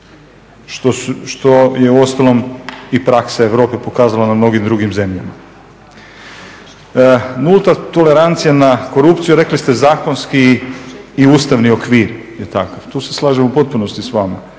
što je uostalom i praksa Europe pokazala na mnogim drugim zemljama. Nulta tolerancija na korupciju, rekli ste zakonski i ustavni okvir je takav. Tu se slažem u potpunosti s vama,